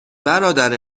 برادر